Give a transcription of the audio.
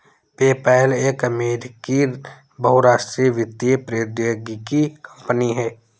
PayPal एक अमेरिकी बहुराष्ट्रीय वित्तीय प्रौद्योगिकी कंपनी है